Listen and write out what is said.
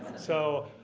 so,